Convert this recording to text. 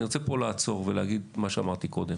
אני רוצה פה לעצור ולהגיד את מה שאמרתי קודם.